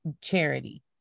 charity